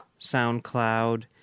SoundCloud